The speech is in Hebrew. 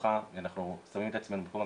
לצערנו הרב,